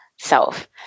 self